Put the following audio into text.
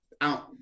out